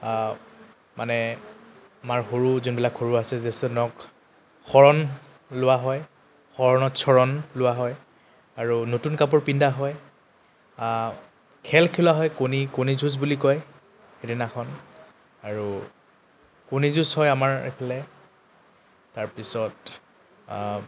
মানে আমাৰ সৰু যোনবিলাক সৰু আছে জ্যেষ্ঠজনক শৰণ লোৱা হয় শৰণত চৰণ লোৱা হয় আৰু নতুন কাপোৰ পিন্ধা হয় খেল খেলা হয় কণী কণী যুঁজ বুলি কয় সেইদিনাখন আৰু কণী যুঁজ হয় আমাৰ এইফালে তাৰপিছত